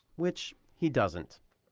which he doesn't.